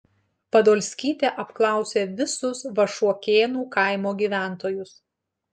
podolskytė apklausė visus vašuokėnų kaimo gyventojus